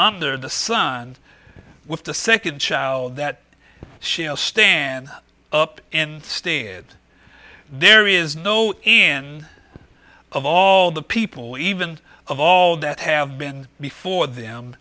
under the sun with the second child that shall stand up and stay and there is no end of all the people even of all that have been before them